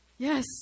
Yes